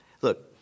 look